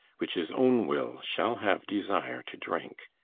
which his own will shall have desire to drink.